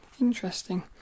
Interesting